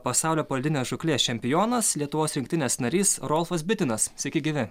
pasaulio poledinės žūklės čempionas lietuvos rinktinės narys rolfas bitinas sveiki gyvi